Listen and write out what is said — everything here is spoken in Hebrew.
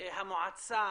המועצה